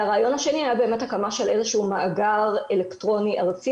והרעיון השני היה באמת הקמה של איזה שהוא מאגר אלקטרוני ארצי